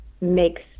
makes